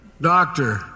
doctor